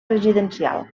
residencial